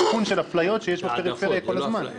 זה תיקון של אפליות שיש בפריפריה כל הזמן.